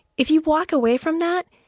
if you walk away from that,